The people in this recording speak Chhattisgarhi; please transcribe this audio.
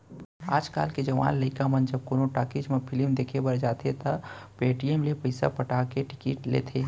आज के जवान लइका मन जब कोनो टाकिज म फिलिम देखे बर जाथें त पेटीएम ले ही पइसा पटा के टिकिट लेथें